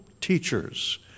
teachers